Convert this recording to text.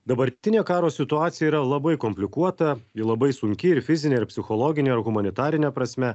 dabartinė karo situacija yra labai komplikuota ji labai sunki ir fizine ir psichologine ir humanitarine prasme